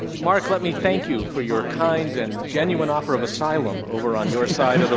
marc, let me thank you for your kind and genuine offer of asylum over on your side of the